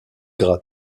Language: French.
gras